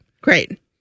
Great